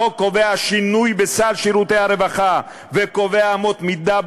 החוק קובע שינוי בסל שירותי הרווחה וקובע אמות מידה